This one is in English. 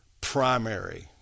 primary